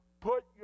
Put